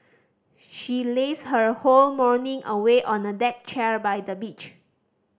she lazed her whole morning away on a deck chair by the beach